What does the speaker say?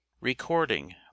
Recording